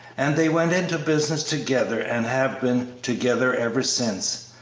and they went into business together and have been together ever since.